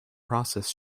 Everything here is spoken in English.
process